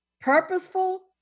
purposeful